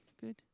good